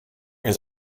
his